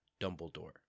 Dumbledore